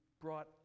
brought